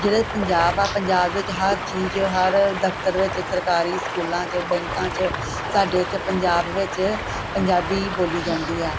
ਜਿਹੜਾ ਪੰਜਾਬ ਆ ਪੰਜਾਬ ਵਿੱਚ ਹਰ ਚੀਜ਼ ਹਰ ਦਫਤਰ ਵਿੱਚ ਸਰਕਾਰੀ ਸਕੂਲਾਂ 'ਚ ਬੈਂਕਾਂ 'ਚ ਸਾਡੇ ਇੱਥੇ ਪੰਜਾਬ ਵਿੱਚ ਪੰਜਾਬੀ ਬੋਲੀ ਜਾਂਦੀ ਆ